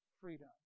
freedom